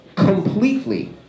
completely